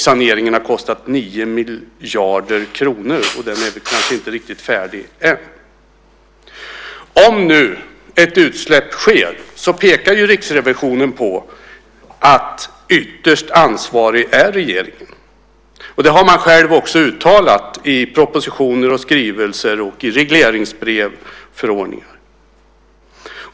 Saneringen har kostat 9 miljarder kronor, och den är kanske inte riktigt färdig än. Om nu ett utsläpp sker pekar Riksrevisionen på att regeringen är ytterst ansvarig. Det har man också själv uttalat i propositioner, skrivelser, regleringsbrev och förordningar.